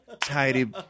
Tidy